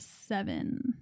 seven